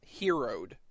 heroed